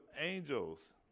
angels